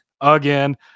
again